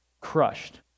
crushed